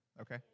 Okay